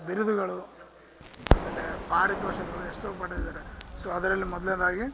ಬಿರುದುಗಳು ಆಮೇಲೆ ಪಾರಿತೋಷಕಗಳು ಎಷ್ಟೋ ಪಡೆದಿದ್ದಾರೆ ಸೋ ಅದರಲ್ಲಿ ಮೊದಲ್ನೆದಾಗಿ